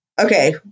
Okay